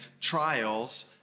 trials